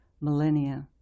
millennia